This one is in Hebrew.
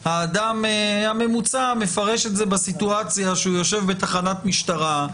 האדם הממוצע מפרש את זה בסיטואציה שהוא יושב בתחנת משטרה,